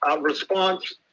response